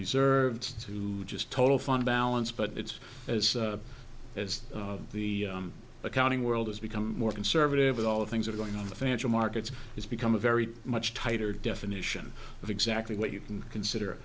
reserves to just total fund balance but it's as as the accounting world has become more conservative with all the things that are going on the financial markets it's become a very much tighter definition of exactly what you can consider